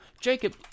Jacob